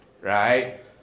right